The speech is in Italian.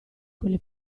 quelle